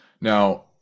Now